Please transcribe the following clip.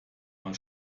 mal